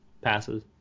passes